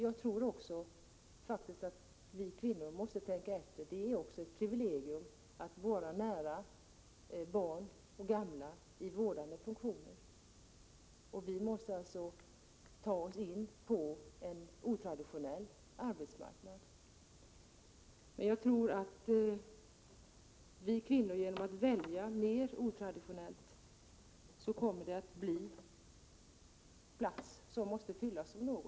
Jag tror även att vi kvinnor måste tänka på att det är ett privilegium att i vårdande funktioner få vara nära barn och gamla. Vi måste alltså ta oss in på en otraditionell arbetsmarknad. Men jag tror att det, genom att vi kvinnor i större utsträckning väljer otraditionellt, kommer att bli platser som måste fyllas av någon.